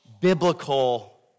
biblical